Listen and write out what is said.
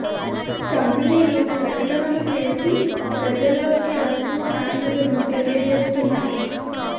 కంపెనీలు ప్రకటనలు చేసి ప్రజలలోకి వస్తువు నాణ్యతను తెలియజేస్తున్నాయి